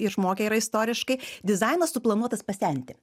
išmokę yra istoriškai dizainas suplanuotas pasenti